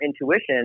intuition